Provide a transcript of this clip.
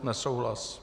Nesouhlas.